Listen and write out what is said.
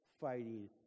fighting